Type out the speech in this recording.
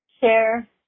share